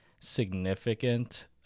significant